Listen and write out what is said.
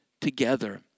together